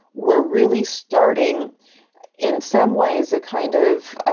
we're really starting in some ways a kind of